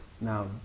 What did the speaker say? now